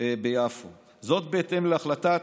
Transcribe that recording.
ביפו בהתאם להחלטת